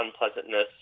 unpleasantness